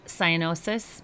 cyanosis